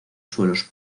suelos